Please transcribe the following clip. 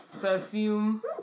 Perfume